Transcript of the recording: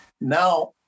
now